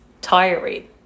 tiring